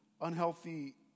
unhealthy